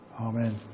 amen